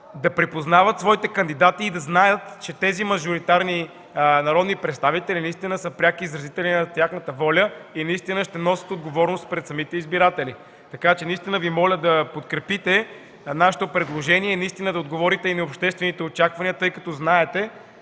да припознават своите кандидати и да знаят, че тези мажоритарни народни представители са преки изразители на тяхната воля и ще носят отговорност пред самите избиратели. Моля Ви да подкрепите нашето предложение и да отговорите на обществените очаквания, тъй като знаете